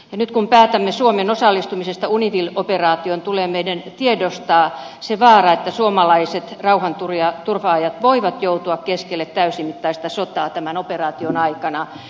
nyt kun päätämme suomen osallistumisesta unifil operaatioon tulee meidän tiedostaa se vaara että suomalaiset rauhanturvaajat voivat joutua keskelle täysimittaista sotaa tämän operaation aikana